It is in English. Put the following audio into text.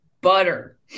butter